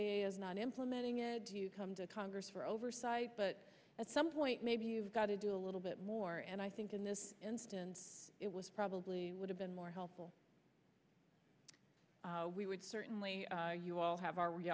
a is not implementing it to come to congress for oversight at some point maybe you've got to do a little bit more and i think in this instance it was probably would have been more helpful we would certainly you all have our